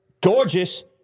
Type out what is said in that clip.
gorgeous